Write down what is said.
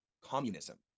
communism